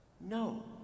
No